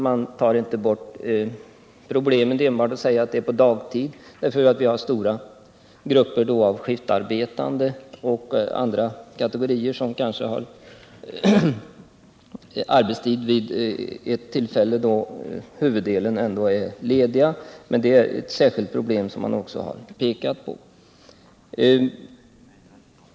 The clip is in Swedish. Man tar inte bort problemet enbart genom att säga att sammanträde skall hållas på dagtid, därför att vi har stora grupper skiftarbetande och andra kategorier som hararbetstid när huvuddelen av de förvärvsarbetande är lediga. Men det är ett särskilt problem som man också har pekat på.